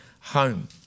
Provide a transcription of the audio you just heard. home